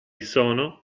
sono